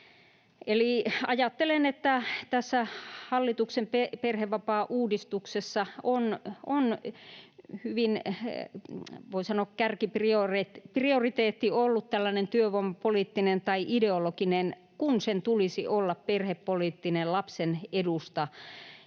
ajattelen, että tässä hallituksen perhevapaauudistuksessa on, voi sanoa, kärkiprioriteetti ollut tällainen hyvin työvoimapoliittinen tai ideologinen, kun sen tulisi olla perhepoliittinen, lapsen edusta